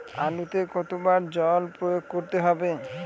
আলুতে কতো বার জল প্রয়োগ করতে হবে?